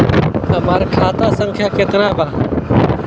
हमार खाता संख्या केतना बा?